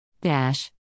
dash